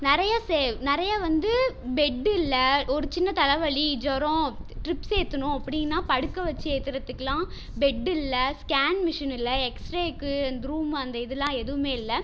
நிறைய செ நிறைய வந்து பெட்டு இல்லை ஒரு சின்ன தலைவலி ஜொரம் ட்ரிப்ஸ் ஏற்றணும் அப்படின்னா படுக்க வச்சு ஏற்றுத்துக்குலாம் பெட் இல்லை ஸ்கேன் மிஷின் இல்லை எக்ஸ்ரேக்கு அந்த ரூம் அந்த இதெலாம் எதுவுமே இல்லை